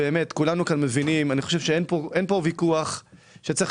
כולנו מבינים ואין פה ויכוח שצריך